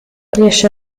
riesce